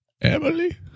Emily